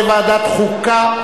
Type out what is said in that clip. לדיון מוקדם בוועדת החוקה,